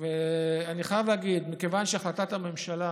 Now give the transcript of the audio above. ואני חייב להגיד: מכיוון שהחלטת הממשלה